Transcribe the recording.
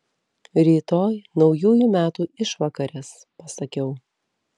rytoj naujųjų metų išvakarės pasakiau